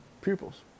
pupils